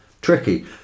tricky